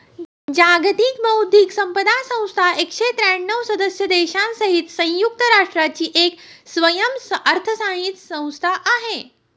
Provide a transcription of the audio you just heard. जागतिक बौद्धिक संपदा संस्था एकशे त्र्यांणव सदस्य देशांसहित संयुक्त राष्ट्रांची एक स्वयंअर्थसहाय्यित संस्था आहे